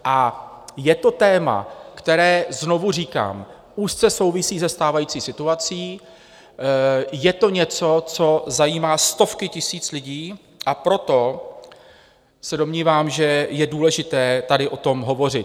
A je to téma, které znovu říkám úzce souvisí se stávající situací, je to něco, co zajímá stovky tisíc lidí, a proto se domnívám, že je důležité tady o tom hovořit.